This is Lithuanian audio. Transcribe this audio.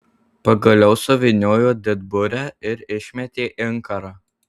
pagaliau suvyniojo didburę ir išmetė inkarą